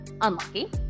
unlucky